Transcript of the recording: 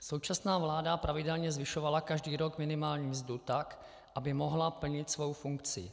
Současná vláda pravidelně zvyšovala každý rok minimální mzdu tak, aby mohla plnit svou funkci.